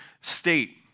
state